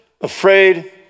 afraid